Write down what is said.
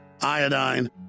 iodine